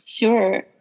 Sure